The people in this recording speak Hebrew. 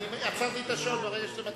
עצרתי את השעון ברגע שאתם מתחילים.